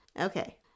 Okay